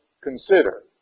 consider